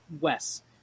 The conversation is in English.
wes